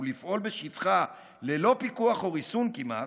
לפעול בשטחה ללא פיקוח או ריסון כמעט,